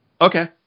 Okay